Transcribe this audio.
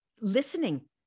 listening